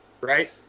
Right